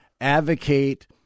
Advocate